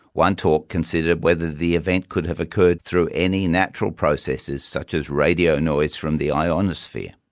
one talk considered whether the event could have occurred through any natural processes such as radio noise from the ionosphere.